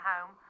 home